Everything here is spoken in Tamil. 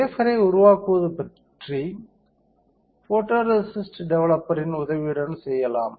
வேஃபர்ரை உருவாக்குவது போட்டோரேசிஸ்ட் டெவலப்பரின் உதவியுடன் செய்யப்படலாம்